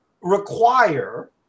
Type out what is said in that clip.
require